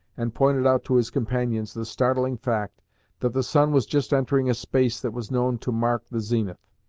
and pointed out to his companions the startling fact that the sun was just entering a space that was known to mark the zenith.